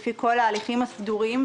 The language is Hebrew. לפי כל ההליכים הסדורים,